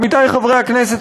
עמיתי חברי הכנסת,